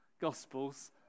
gospels